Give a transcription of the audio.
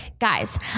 guys